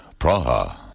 Praha